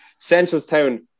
Centralstown